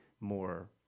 more